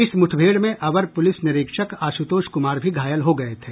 इस मुठभेड़ में अवर पुलिस निरीक्षक आशुतोष कुमार भी घायल हो गये थे